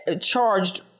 charged